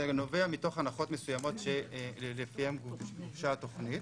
זה נובע מתוך הנחות מסוימות שלפיהן גובשה התוכנית.